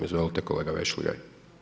Izvolite kolega Vešligaj.